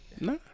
Nah